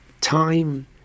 time